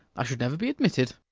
i should never be admitted!